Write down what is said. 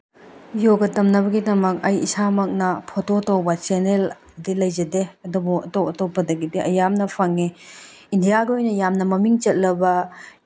ꯌꯣꯒ ꯇꯝꯅꯕꯒꯤꯗꯃꯛ ꯑꯩ ꯏꯁꯥꯃꯛꯅ ꯐꯣꯇꯣ ꯇꯧꯕ ꯆꯦꯅꯦꯜꯗꯤ ꯂꯩꯖꯦꯗ ꯑꯗꯨꯕꯨ ꯑꯇꯣꯞ ꯑꯇꯣꯞꯄꯗꯒꯤꯗꯤ ꯑꯩ ꯌꯥꯝꯅ ꯐꯪꯉꯤ ꯏꯟꯗꯤꯌꯥꯒꯤ ꯑꯣꯏꯅ ꯌꯥꯝꯅ ꯃꯃꯤꯡ ꯆꯠꯂꯕ